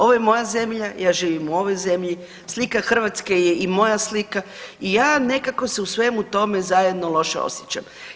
Ovo je moja zemlja, ja živim u ovoj zemlji, slika Hrvatske je i moja slika i ja nekako se u svemu tome zajedno loše osjećam.